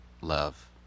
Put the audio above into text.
love